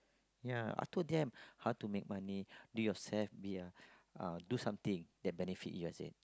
ya I told them how to make money do yourself be a uh do something that benefit you I said